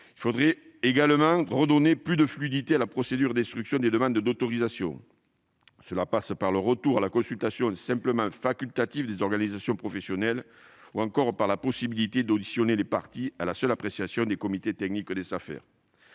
Il faudrait également redonner plus de fluidité à la procédure d'instruction des demandes d'autorisation. Cela passe par le retour à une consultation seulement facultative des organisations professionnelles, ou encore par la possibilité d'auditionner les parties à la seule appréciation des comités techniques des Safer.